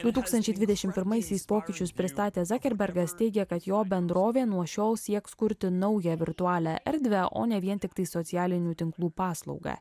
du tūkstančiai dvidešim pirmaisiais pokyčius pristatęs za kerbergas teigia kad jo bendrovė nuo šiol sieks kurti naują virtualią erdvę o ne vien tiktai socialinių tinklų paslaugą